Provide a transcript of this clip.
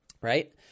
right